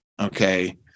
okay